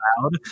loud